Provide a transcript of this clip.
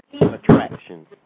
attraction